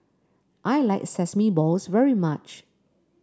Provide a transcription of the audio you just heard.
I like Sesame Balls very much